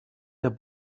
der